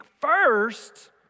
first